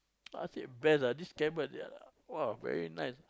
I said best lah this scammer !wah! very nice